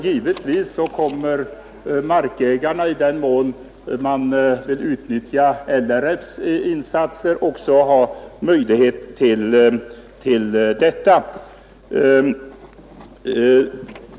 Givetvis kommer markägarna, i den mån de vill utnyttja LRF:s insatser, också att beredas möjligheter till detta.